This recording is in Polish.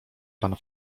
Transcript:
pan